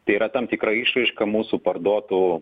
tai yra tam tikra išraiška mūsų parduotų